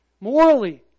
Morally